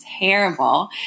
terrible